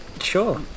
Sure